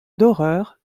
d’horreur